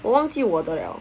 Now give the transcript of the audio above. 我忘记我的了